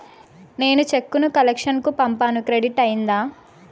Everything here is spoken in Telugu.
నేను చెక్కు ను కలెక్షన్ కు పంపాను క్రెడిట్ అయ్యిందా